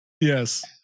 Yes